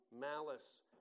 malice